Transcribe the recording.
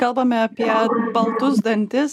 kalbame apie baltus dantis